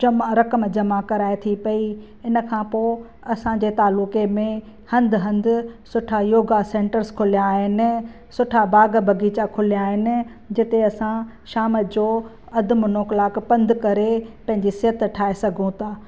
जमा रक़म जमा रक़म कराए थी पई हिनखां पोइ असांजे तालुके में हंधि हंधि सुठा योगा सेंटर्स खुलियां आहिनि सुठा बाग बगीचा खुलियां आहिनि जिते असां शाम जो अधि मुनों कलाकु पंधि करे पंहिंजे सिहत ठाहे सघूं था